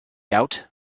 out